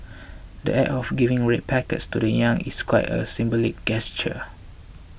the Act of giving red packets to the young is quite a symbolic gesture